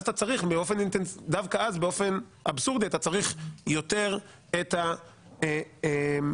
ודווקא אז באופן אבסורדי אתה צריך יותר את האקסטרה